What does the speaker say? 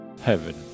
heaven